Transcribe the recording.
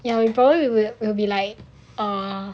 ya we probably will be like err